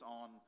on